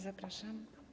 Zapraszam.